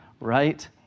right